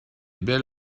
bel